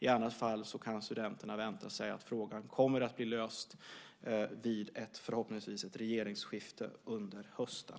I annat fall kan studenterna vänta sig att frågan kommer att bli löst vid ett förhoppningsvis regeringsskifte under hösten.